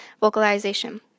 vocalization